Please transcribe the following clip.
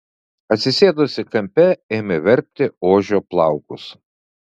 atsisėdusi kampe ėmė verpti ožio plaukus